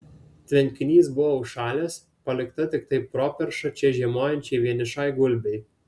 tvenkinys buvo užšalęs palikta tiktai properša čia žiemojančiai vienišai gulbei